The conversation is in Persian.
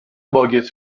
باگت